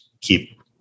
keep